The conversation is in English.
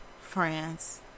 Friends